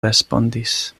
respondis